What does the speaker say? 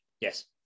Yes